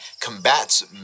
combats